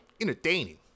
entertaining